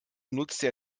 nutzte